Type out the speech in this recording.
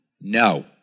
No